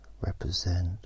represent